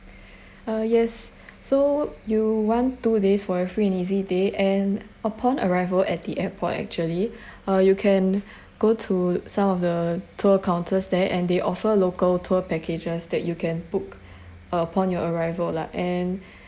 uh yes so you want do this for your free and easy day and upon arrival at the airport actually uh you can go to some of the tour counters there and they offer local tour packages that you can book upon your arrival lah and